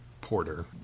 porter